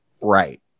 right